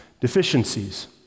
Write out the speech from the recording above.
deficiencies